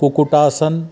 कुकुटासन